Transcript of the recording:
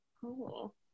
Cool